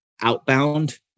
outbound